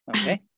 Okay